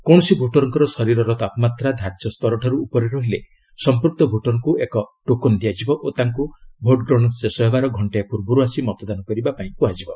କୌଣସି ଭୋଟରଙ୍କର ଶରୀରର ତାପମାତ୍ରା ଧାର୍ଯ୍ୟ ସ୍ତରଠାରୁ ଉପରେ ରହିଲେ ସମ୍ପୃକ୍ତ ଭୋଟରଙ୍କୁ ଏକ ଟୋକୋନ ଦିଆଯିବ ଓ ତାଙ୍କୁ ଭୋଟ ଗ୍ରହଣ ଶେଷ ହେବାର ଘଣ୍ଟାଏ ପୂର୍ବରୁ ଆସି ମତଦାନ କରିବାକୁ କୁହାଯିବ